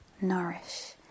nourish